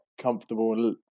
comfortable